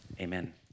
amen